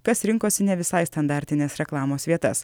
kas rinkosi ne visai standartinės reklamos vietas